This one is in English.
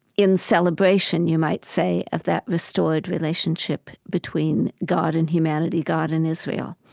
in celebration you might say, of that restored relationship between god and humanity, god and israel